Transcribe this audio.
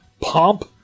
pomp